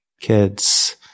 kids